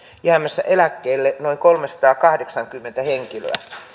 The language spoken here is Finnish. jäämässä eläkkeelle noin kolmesataakahdeksankymmentä henkilöä